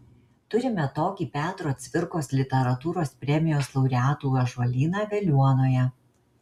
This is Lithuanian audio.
turime tokį petro cvirkos literatūros premijos laureatų ąžuolyną veliuonoje